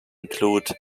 include